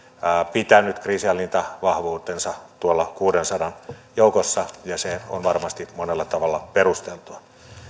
pitänyt kriisinhallintavahvuutensa tuolla kuudensadan joukossa ja se on varmasti monella tavalla perusteltua